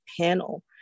panel